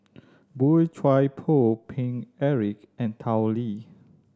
Boey Chuan Poh Paine Eric and Tao Li